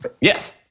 Yes